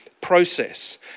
process